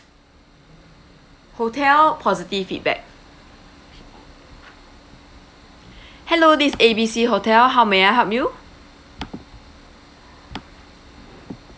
hotel positive feedback hello this A B C hotel how may I help you